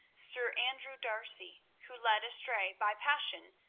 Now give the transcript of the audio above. sir andrew d'arcy, who, led astray by passion,